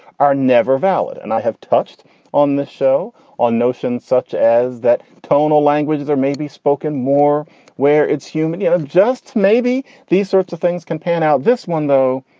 are never valid, valid, and i have touched on this show on notions such as that tonal languages or maybe spoken more where it's human, you know, just maybe these sorts of things can pan out. this one, though,